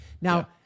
Now